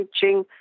teaching